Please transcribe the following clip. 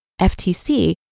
FTC